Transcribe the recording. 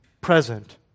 present